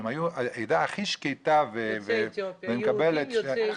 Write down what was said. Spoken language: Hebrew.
שהיו עדה הכי שקטה --- יהודים יוצאי אתיופיה.